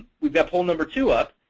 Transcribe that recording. we've got poll number two up.